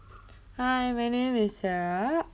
hi my name is sarah